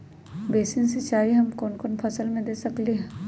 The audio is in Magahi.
बेसिन सिंचाई हम कौन कौन फसल में दे सकली हां?